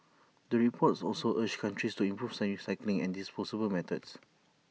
the report is also urged countries to improve recycling and disposal methods